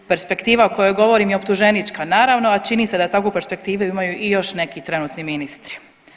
Perspektiva o kojoj govorim je optuženička naravno, a čini se da takvu perspektivu imaju i još neki trenutni ministri.